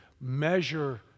measure